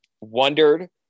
Wondered